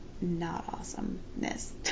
not-awesomeness